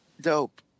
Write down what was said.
Dope